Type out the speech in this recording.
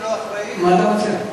מדיני, לא אחראי, מה אתה מציע?